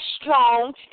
strong